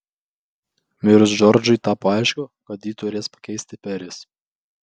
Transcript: mirus džordžui tapo aišku kad jį turės pakeisti peris